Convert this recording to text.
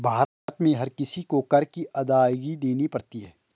भारत में हर किसी को कर की अदायगी देनी ही पड़ती है